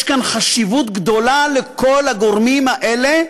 יש כאן חשיבות גדולה לכל הגורמים האלה,